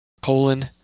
colon